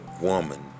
woman